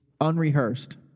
unrehearsed